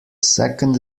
second